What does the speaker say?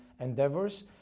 endeavors